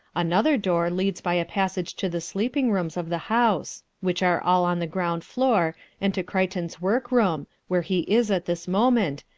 another door leads by a passage to the sleeping-rooms of the house, which are all on the ground-floor, and to crichton's work-room, where he is at this moment,